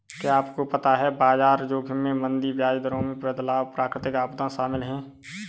क्या आपको पता है बाजार जोखिम में मंदी, ब्याज दरों में बदलाव, प्राकृतिक आपदाएं शामिल हैं?